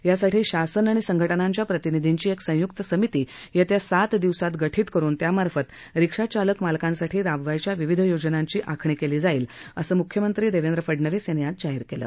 यासाठी शासन आणि संघटनांच्या प्रतिनिधींची एक संयुक्त समिती येत्या सात दिवसात गठीत करुन त्यामार्फत रिक्षा चालक मालकांसाठी राबवावयाच्या विविध योजनांची आखणी केली जाईल असे मुख्यमंत्री देवेंद्र फडणवीस यांनी आज जाहीर केलं